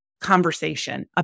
conversation